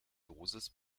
dosis